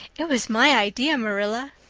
it was my idea, marilla.